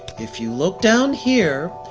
if you look down here,